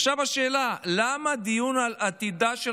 עכשיו השאלה: למה דיון על עתידה של